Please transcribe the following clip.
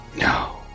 No